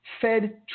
Fed